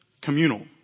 communal